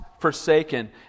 forsaken